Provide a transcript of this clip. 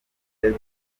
byose